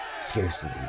scarcely